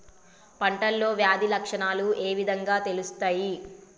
పంటలో వ్యాధి లక్షణాలు ఏ విధంగా తెలుస్తయి?